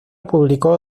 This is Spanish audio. publicó